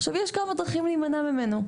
עכשיו, יש כמה דרכים להימנע ממנו.